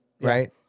Right